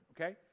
okay